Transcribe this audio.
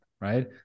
right